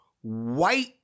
white